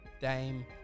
Dame